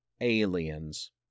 aliens